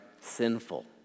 sinful